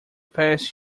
pass